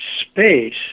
space